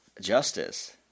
Justice